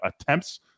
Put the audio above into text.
attempts